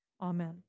Amen